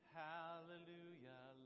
hallelujah